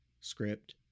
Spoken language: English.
script